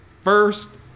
first